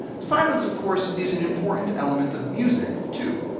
silence, of course, is an important element of music, too.